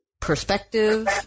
perspective